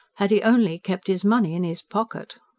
had he only kept his money in his pocket!